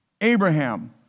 Abraham